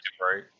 right